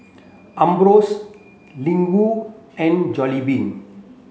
Ambros Ling Wu and Jollibean